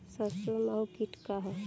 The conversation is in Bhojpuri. सरसो माहु किट का ह?